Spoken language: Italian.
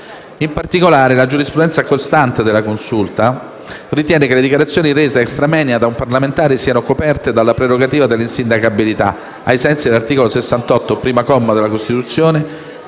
In particolare, la giurisprudenza costante della Consulta ritiene che le dichiarazioni rese *extra moenia* da un parlamentare siano coperte dalla prerogativa dell'insindacabilità, ai sensi dell'articolo 68, primo comma, della Costituzione,